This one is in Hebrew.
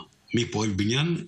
כשר נוסף בממשלה לפי סעיף 15 לחוק-יסוד: